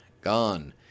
Gone